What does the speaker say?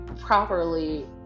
properly